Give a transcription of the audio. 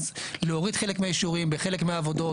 אז להוריד חלק מהאישורים בחלק מהעבודות,